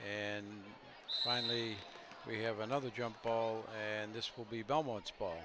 and finally we have another jump ball and this will be belmont